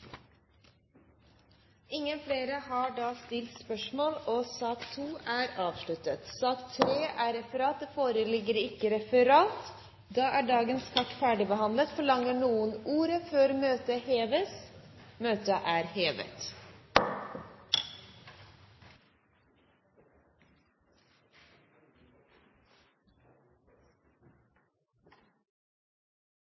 er sak nr. 2 ferdigbehandlet. Det foreligger ikke noe referat. Dermed er dagens kart ferdigbehandlet. Forlanger noen ordet før møtet heves? – Møtet er hevet.